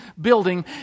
building